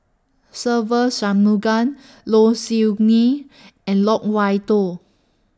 Se Ve Shanmugam Low Siew Nghee and Loke Wan Tho